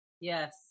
Yes